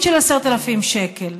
מכונית של 10,000 שקל.